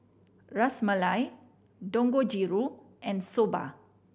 Ras Malai Dangojiru and Soba